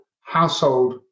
household